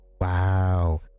Wow